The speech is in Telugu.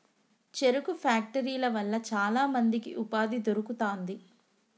చెరుకు ఫ్యాక్టరీల వల్ల చాల మందికి ఉపాధి దొరుకుతాంది